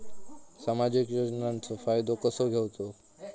सामाजिक योजनांचो फायदो कसो घेवचो?